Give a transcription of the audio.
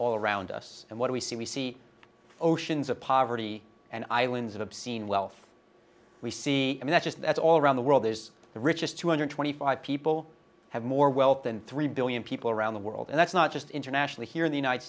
all around us and what we see we see oceans of poverty and islands of obscene wealth we see and that's just that's all around the world is the richest two hundred twenty five people have more wealth than three billion people around the world and that's not just internationally here in the united